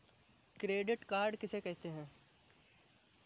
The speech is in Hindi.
क्रेडिट कार्ड किसे कहते हैं?